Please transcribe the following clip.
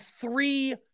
three